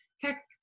tech